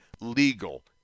legal